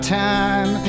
time